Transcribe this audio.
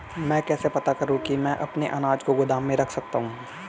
मैं कैसे पता करूँ कि मैं अपने अनाज को गोदाम में रख सकता हूँ?